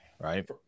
right